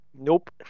Nope